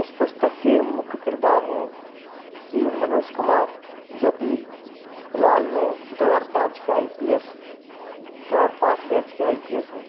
इस पुस्तक के मुख्य किरदार हैं श्री मनोज कुमार जो की फिलहाल में दो हजार पाँच के आई पी एस दो हजार पाँच बैच के आई पी एस हैं